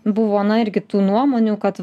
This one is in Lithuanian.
buvo na irgi tų nuomonių kad